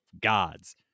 gods